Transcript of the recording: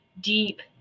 deep